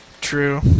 True